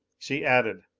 she added,